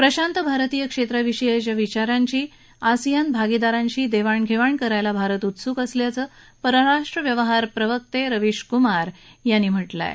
प्रशांत भारतीय क्षेत्राविषयीच्या विचारांची आसिआन भागीदारांशी देवाणघेवाण करायला भारत उत्सुक असल्याचं परराष्ट्र व्यवहार प्रवक्ते रवीशक्मार यांनी म्हटलं आहे